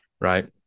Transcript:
right